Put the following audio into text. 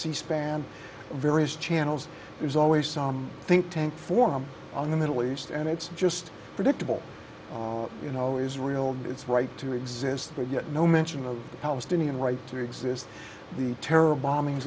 c span various channels there's always some think tank formed on the middle east and it's just predictable you know israel its right to exist with no mention of the palestinian right to exist the terror bombings